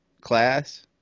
class